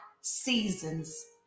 seasons